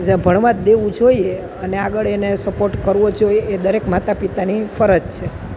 ભણવા જ દેવું જોઈએ અને આગળ એને સપોર્ટ કરવો જ જોઈએ એ દરેક માતા પિતાની ફરજ છે